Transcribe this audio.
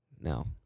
No